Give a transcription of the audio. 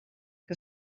que